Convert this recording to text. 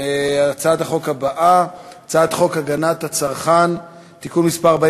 אני קובע שהצעת חוק הארכת תקופת זכות